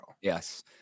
yes